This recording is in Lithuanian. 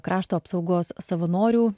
krašto apsaugos savanorių